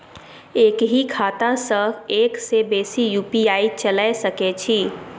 एक ही खाता सं एक से बेसी यु.पी.आई चलय सके छि?